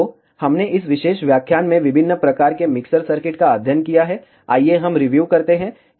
तो हमने इस विशेष व्याख्यान में विभिन्न प्रकार के मिक्सर सर्किट का अध्ययन किया है आइए हम रिव्यू करते हैं